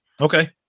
Okay